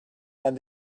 and